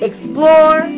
Explore